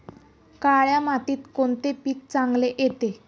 काळ्या मातीत कोणते पीक चांगले येते?